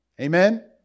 Amen